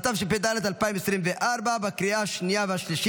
התשפ"ד 2024, אושרה בקריאה הראשונה ותעבור